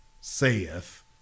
saith